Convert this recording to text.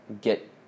get